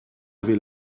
avait